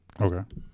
Okay